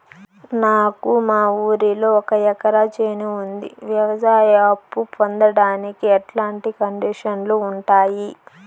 నాకు మా ఊరిలో ఒక ఎకరా చేను ఉంది, వ్యవసాయ అప్ఫు పొందడానికి ఎట్లాంటి కండిషన్లు ఉంటాయి?